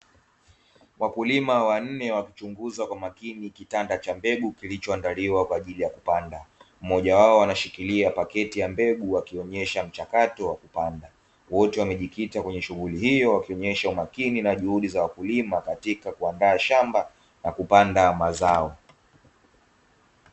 Wakulima wanne wakichunguza kwa umakini kitanda cha mbegu kilichoandaliwa kwa ajili ya kupanda, mmoja wao anashikilia paketi ya mbegu akionyesha mchakato wa kupanda, wote wamejikita kwenye shughuli hiyo wakionyesha umakini na juhudi za wakulima katika kuandaa shamba na kupanda mazao.